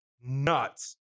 nuts